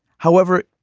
however,